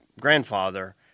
grandfather